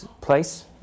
place